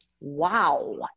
Wow